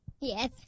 Yes